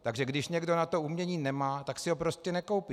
Takže když někdo na to umění nemá, tak si ho prostě nekoupí.